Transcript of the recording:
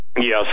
Yes